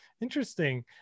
interesting